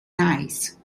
nice